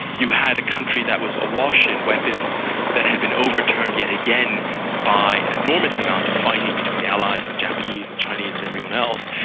you had a country that was awash in weapons that had been overturned yet again by an enormous amount of fighting between the allies, the japanese, the and chinese and everyone else,